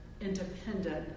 independent